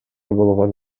болгон